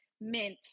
mint